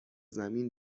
زمین